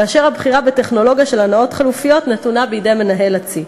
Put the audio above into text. כאשר הבחירה בטכנולוגיה של הנעות חלופיות נתונה בידי מנהל הצי.